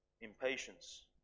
impatience